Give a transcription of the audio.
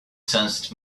sensed